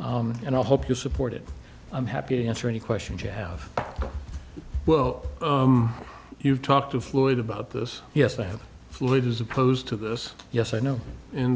and i hope you support it i'm happy to answer any questions you have well you've talked to floyd about this yes i have flipped as opposed to this yes i know in